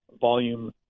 volume